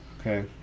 Okay